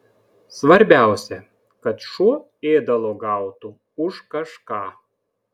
svarbiausia kad šuo ėdalo gautų už kažką